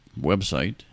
website